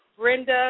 Brenda